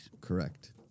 Correct